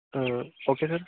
okay sir